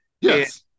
Yes